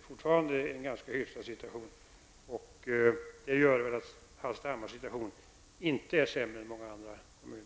fortfarande ganska hyfsad, vilket gör att Hallstahammars situation inte är sämre än den är i många andra kommuner.